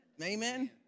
Amen